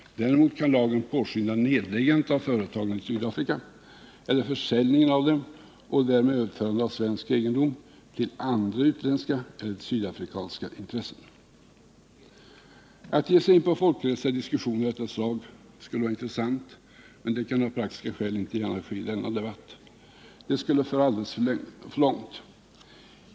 Däremot kan lagen påskynda nedläggandet av företagen i Sydafrika eller försäljningen av dem och därmed överförande av svensk egendom till andra utländska eller sydafrikanska intressen. Att ge sig in på folkrättsliga diskussioner av detta slag skulle vara intressant men kan av praktiska skäl inte gärna ske i denna debatt. Det skulle föra alldeles för långt.